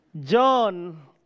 John